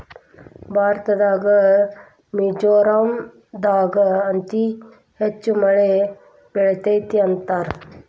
ಭಾರತದಾಗ ಮಿಜೋರಾಂ ದಾಗ ಅತಿ ಹೆಚ್ಚ ಮಳಿ ಬೇಳತತಿ ಅಂತಾರ